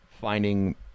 finding